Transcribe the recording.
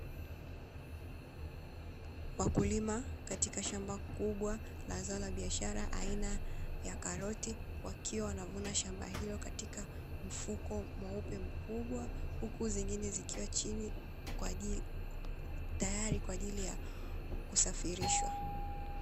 Wakulima katika shamba kubwa la zao la biashara aina ya karoti, wakiwa wanavuna shamba hilo katika mfuko mweupe mkubwa, huku zingine zikiwa chini kwa ajili, tayari kwa ajili ya kusafirishwa.